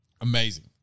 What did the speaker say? Amazing